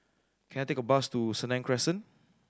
can I take a bus to Senang Crescent